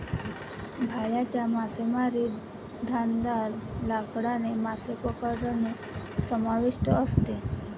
भाल्याच्या मासेमारीत धारदार लाकडाने मासे पकडणे समाविष्ट असते